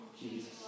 Jesus